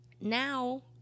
now